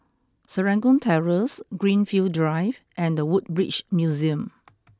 Serangoon Terrace Greenfield Drive and The Woodbridge Museum